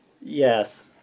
yes